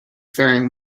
faring